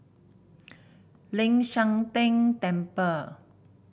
Ling San Teng Temple